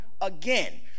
again